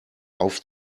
auf